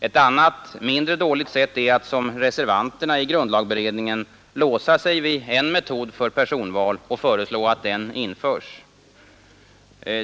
Ett annat, mindre dåligt sätt, är att som reservanterna i grundlagberedningen låsa sig vid en metod för personval och föreslå att den införs.